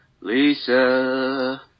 Lisa